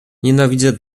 nienawidzę